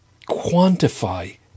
quantify